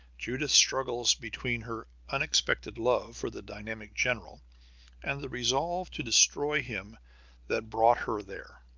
judith struggles between her unexpected love for the dynamic general and the resolve to destroy him that brought her there.